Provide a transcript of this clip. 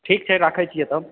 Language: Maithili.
ठीक छै राखैत छियै तब